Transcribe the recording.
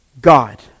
God